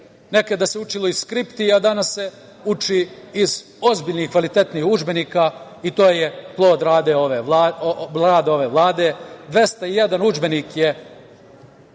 Nekada se učilo iz skripti, a danas se uči iz ozbiljnih, kvalitetnih udžbenika i to je plod rada ove Vlade. Dakle, 201 udžbenik je